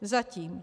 Zatím.